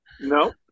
No